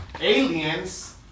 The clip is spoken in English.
aliens